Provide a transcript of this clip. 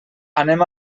anem